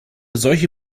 solche